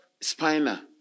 spina